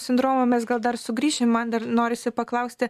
sindromo mes gal dar sugrįšime man dar norisi paklausti